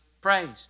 praised